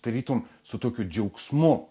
tarytum su tokiu džiaugsmu